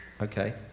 Okay